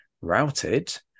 routed